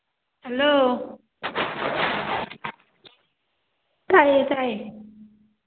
hello ꯇꯥꯏꯌꯦ ꯇꯥꯏꯌꯦ